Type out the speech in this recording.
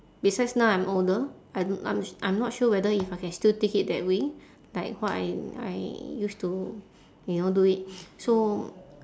besides now I'm older I don't I'm I'm not sure whether if I can still take it that way like what I I used to you know do it so